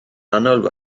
annwyl